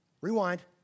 Rewind